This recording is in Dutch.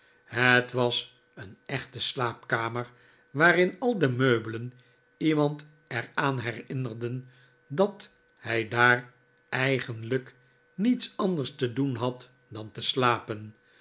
het was een echte slaapkamer waarin al de meubelen iemand er aan herinnerden dat hij daar eigenlijk niets anders te doen had dan te slapen